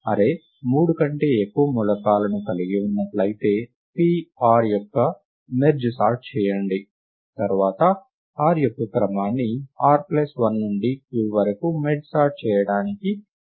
array మూడు కంటే ఎక్కువ మూలకాలను కలిగి ఉన్నట్లయితే p r యొక్క మెర్జ్ సార్ట్ చేయండి తర్వాత r యొక్క క్రమాన్ని r1 నుండి q వరకు మెర్జ్ సార్ట్ చేయడానికి పునరావృత కాల్ చేయండి